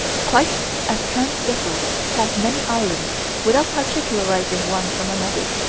quite as tramp vessels pass many islands without particularizing one from another.